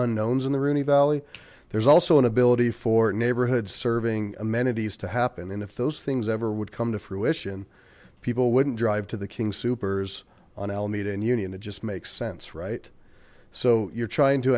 unknowns in the rooney valley there's also an ability for neighborhoods serving amenities to happen and if those things ever would come to fruition people wouldn't drive to the king soopers on alameda and union it just makes sense right so you're trying to